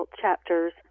chapters